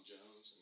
Jones